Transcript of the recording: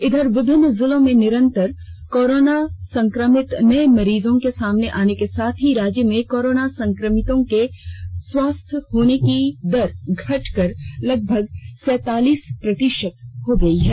इधर विभिन्न जिलों में निरंतर कोरोना कोरोना संक्रमित नये मरीज सामने के साथ ही राज्य में कोरोना संक्रमितों के स्वस्थ होने की दर घटकर लगभग सैतालीस प्रतिषत हो गयी है